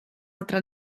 altra